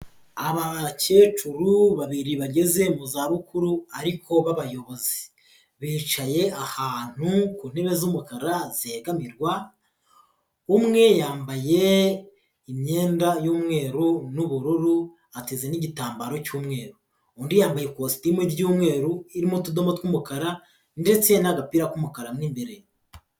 Abakecuru babiri bageze mu za bukuru ,ariko b'abayobozi. Bicaye ahantu ku ntebe z'umukara zegamirwa, umwe yambaye imyenda y'umweru n'ubururu ,ateze n'igitambaro cy'umweru. Undi yambaye ikositimu ry'umweru irimo utudomo tw'umukara, ndetse n'agapira k'umukara mw'imbere.